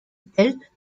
pelt